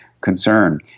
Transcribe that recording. concern